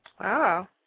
Wow